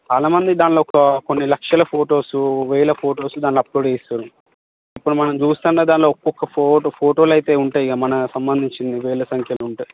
చాలామంది దానిలో కొన్ని లక్షల ఫొటోసు వేల ఫోటోసు దానిలో అప్లోడ్ చేస్తారు ఇప్పుడు మనం చూస్తే దానిలో ఒక్కొక్క ఫోటోలు ఫోటోలు అయితే ఉంటాయి మన మనకు సంబంధించినవి వేల సంఖ్యలో ఉంటాయి